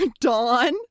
Dawn